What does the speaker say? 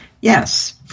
Yes